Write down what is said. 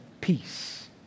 peace